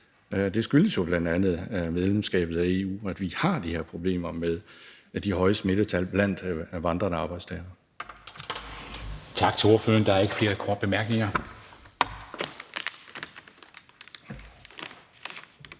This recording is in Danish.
Det skyldes jo bl.a. medlemskabet af EU, at vi har de her problemer med de høje smittetal blandt vandrende arbejdstagere. Kl. 14:04 Formanden (Henrik Dam Kristensen):